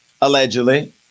allegedly